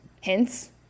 hints